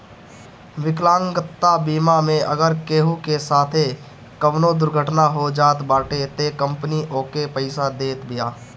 विकलांगता बीमा मे अगर केहू के साथे कवनो दुर्घटना हो जात बाटे तअ कंपनी ओके पईसा देत बिया